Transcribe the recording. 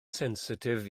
sensitif